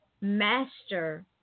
master